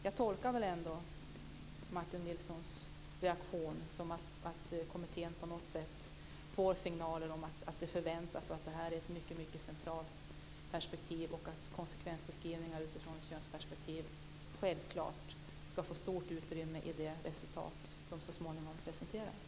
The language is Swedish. Jag tolkar ändå Martin Nilssons reaktion så att kommittén på något sätt får signaler om vad som förväntas, att det här är ett mycket centralt perspektiv och att konsekvensbeskrivningar utifrån ett könsperspektiv självfallet ska få stort utrymme i det resultat som de så småningom presenterar.